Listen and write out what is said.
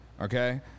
okay